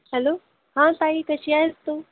hello हां साई कशी आहेस तू